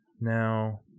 Now